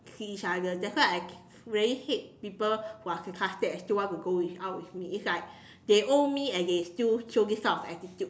see each other that's why I really hate people who are sarcastic and still want to go out with me it's like they owe me and they still show this type of attitude